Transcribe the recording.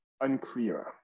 unclear